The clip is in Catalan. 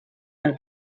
pel